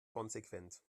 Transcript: konsequent